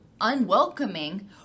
unwelcoming